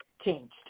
changed